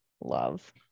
Love